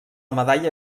medalla